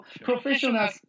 Professionals